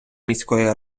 міської